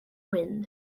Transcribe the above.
wind